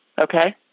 Okay